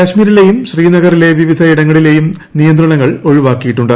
കാശ്മീരിലെയും ശ്രീനഗറിലെ വിവിധയിടങ്ങളിലെയും നിയന്ത്രണങ്ങൾ ഒഴിവാക്കിയിട്ടുണ്ട്